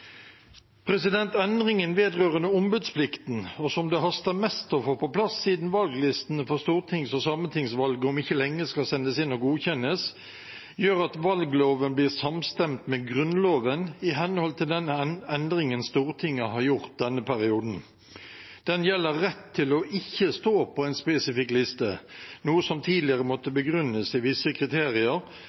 Endringen vedrørende ombudsplikten og som det haster mest med å få på plass siden valglistene for stortings- og sametingsvalget om ikke lenge skal sendes inn og godkjennes, gjør at valgloven blir samstemt med Grunnloven i henhold til den endringen Stortinget har gjort denne perioden. Den gjelder rett til ikke å stå på en spesifikk liste, noe som tidligere måtte begrunnes i visse kriterier,